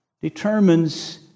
determines